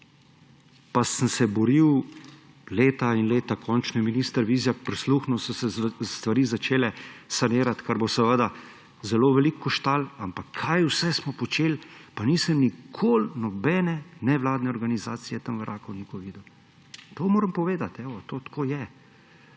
Pa sem se boril leta in leta. Končno je minister Vizjak prisluhnil, so se stvari začele sanirati, kar bo seveda zelo veliko koštalo, ampak kaj vse smo počeli, pa nisem nikoli nobene nevladne organizacije tam v Rakovniku videl. To moram povedati. To tako je.